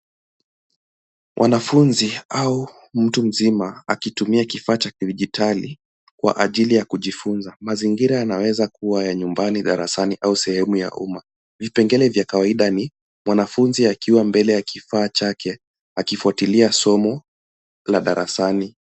Wanafunzi au mtu mzima akitumia kifaa cha kidijitali kwa ajili ya kujifunza. Mazingira yanaweza kuwa ya nyumbani, darasani au sehemu ya uma. Vipengele vya kawaida ni mwanafunzi akiwa mbele ya kifaa chake akifuatilia somo la darasani.